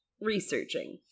researching